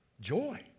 Joy